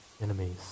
enemies